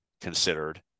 considered